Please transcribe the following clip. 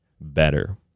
better